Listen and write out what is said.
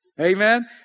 Amen